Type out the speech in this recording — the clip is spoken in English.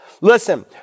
Listen